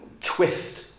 twist